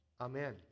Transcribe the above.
Amen